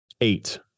eight